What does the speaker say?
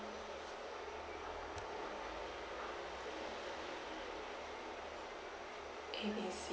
it is